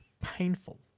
painful